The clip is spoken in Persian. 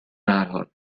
بحرحال